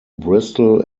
bristol